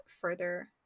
further